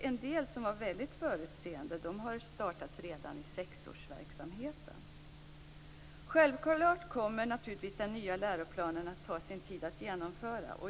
De som var väldigt förutseende har startat redan i sexårsverksamheten. Den nya läroplanen kommer naturligtvis att ta sin tid att genomföra.